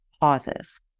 pauses